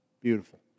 Beautiful